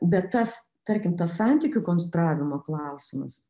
bet tas tarkim tas santykių konstravimo klausimas